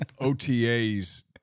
OTAs